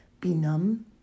benumb